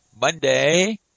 Monday